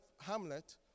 Hamlet